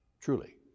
truly